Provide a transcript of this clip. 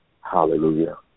Hallelujah